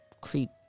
Creep